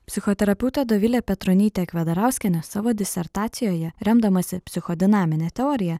psichoterapiautė dovilė petronytė kvedarauskienė savo disertacijoje remdamasi psicho dinamine teorija